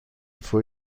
vor